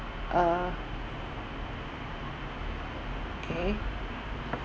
uh okay